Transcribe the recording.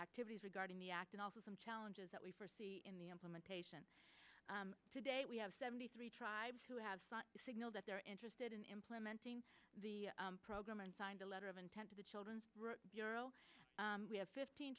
activities regarding the act and also some challenges that we see in the implementation today we have seventy three tribes who have signaled that they're interested in implementing the program and signed a letter of intent to the children we have fifteen